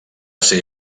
ser